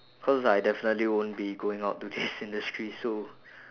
cause I definitely won't be going out to this industry so